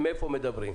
מאיפה הם מדברים.